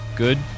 Good